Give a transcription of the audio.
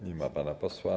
Nie ma pana posła.